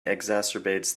exacerbates